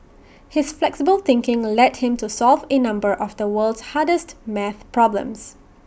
his flexible thinking led him to solve in number of the world's hardest math problems